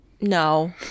no